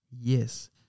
Yes